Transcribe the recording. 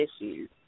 issues